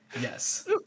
Yes